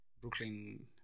Brooklyn